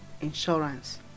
insurance